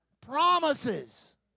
promises